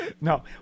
No